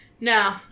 No